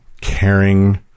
caring